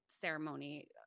ceremony